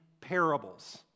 parables